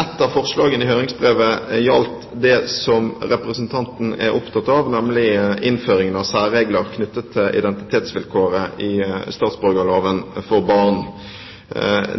Ett av forslagene i høringsbrevet gjaldt det som representanten er opptatt av, nemlig innføringen av særregler knyttet til identitetsvilkåret i statsborgerloven for barn.